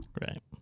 Right